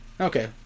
Okay